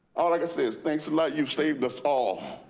all like i said, thanks a lot. you've saved us all.